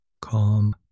Calm